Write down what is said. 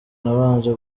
nabanje